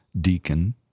deacon